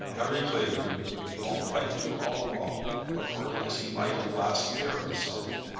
harry clavering would be all right or all wrong according as he might at last bear himself.